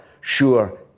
sure